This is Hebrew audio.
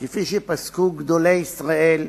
כפי שפסקו גדולי ישראל,